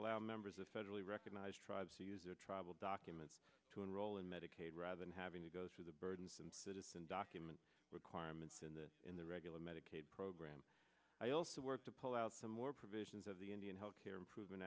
allow members of federally recognized tribes to use their travel documents to enroll in medicaid rather than having to go through the burdensome citizen document requirements in the in the regular medicaid program i also work to pull out some more provisions of the indian health care improvement